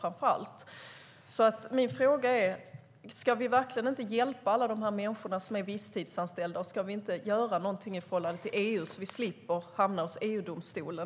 Jag vill därför fråga: Ska vi verkligen inte hjälpa alla de människor som är visstidsanställda? Och ska vi inte göra någonting åt problemet så att vi slipper hamna i EU-domstolen?